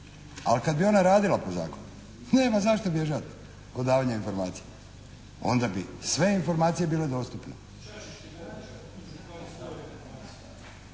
Ali kad bi ona radila po zakonu nema zašto bježati od davanja informacija. Onda bi sve informacije bile dostupne.